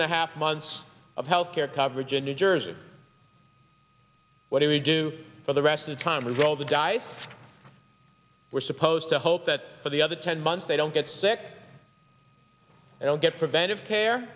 and a half months of health care coverage in new jersey what do we do for the rest of the time we roll the dice we're supposed to hope that for the other ten months they don't get sick they don't get preventive care